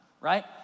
right